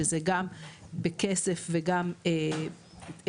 שזה גם בכסף וגם שירותים,